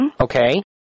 Okay